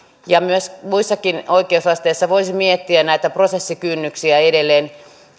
muissakin oikeusasteissa voisi miettiä näitä prosessikynnyksiä edelleen